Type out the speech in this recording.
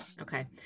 Okay